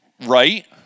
right